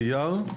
החינוך.